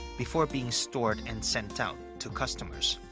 before being stored and sent out to customers.